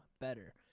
better